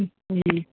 जी